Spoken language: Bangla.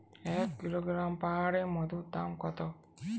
এক কিলোগ্রাম পাহাড়ী মধুর দাম কত?